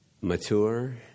mature